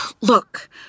Look